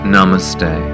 Namaste